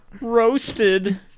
Roasted